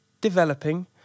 developing